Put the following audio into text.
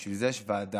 בשביל זה יש ועדה.